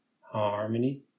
harmony